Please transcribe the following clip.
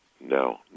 No